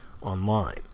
online